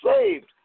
saved